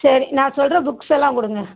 சரி நான் சொல்லுற புக்ஸ்ஸல்லாம் கொடுங்க